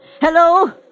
Hello